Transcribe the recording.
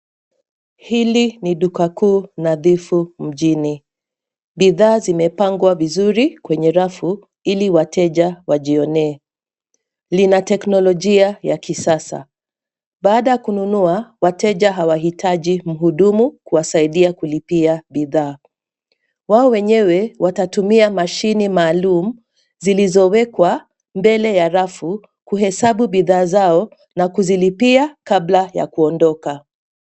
Hili ni duka kuu nadhifu mjini, bidhaa zimepangwa vizuri kwenye rafu ili wateja wajionee, lina teknolojia ya kisasa, baada ya kununua wateja hawahitaji mhudumu kuwasaidia kulipia bidhaa, wao wenyewe watatumia mashini maalum zilizowekwa mbele ya rafu kuhesabu bidhaa zao na kuzilipia kabla ya kuondoka.